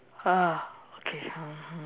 ah okay mmhmm